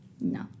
No